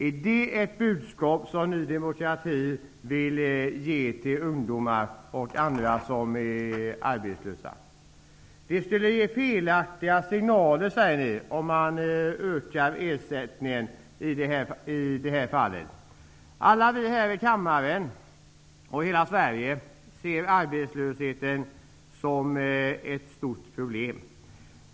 Är det ett budskap som Ny demokrati vill ge till ungdomar och andra som är arbetslösa? Ni säger att det skulle ge felaktiga signaler att öka ersättningen i detta fall. Alla här i kammaren och i hela Sverige ser arbetslösheten som ett stort problem.